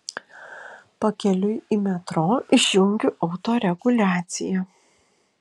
pakeliui į metro išjungiu autoreguliaciją